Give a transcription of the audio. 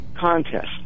contest